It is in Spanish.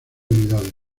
unidades